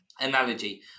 analogy